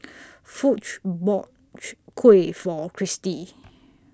Foch bought Kuih For Cristi